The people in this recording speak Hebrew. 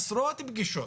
עשרות פגישות.